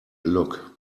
look